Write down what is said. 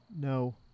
No